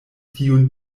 tiun